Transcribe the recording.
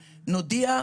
נודיע,